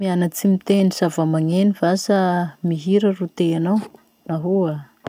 Mianatsy mitendry zavamaneno va sa mihira ro teanao? Nahoa?